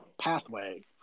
pathway